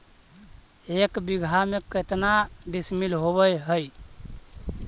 एक बीघा में केतना डिसिमिल होव हइ?